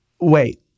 Wait